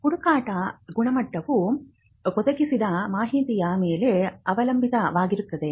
ಹುಡುಕಾಟದ ಗುಣಮಟ್ಟವು ಒದಗಿಸಿದ ಮಾಹಿತಿಯ ಮೇಲೆ ಅವಲಂಬಿತವಾಗಿರುತ್ತದೆ